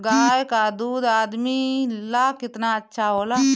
गाय का दूध आदमी ला कितना अच्छा होला?